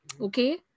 Okay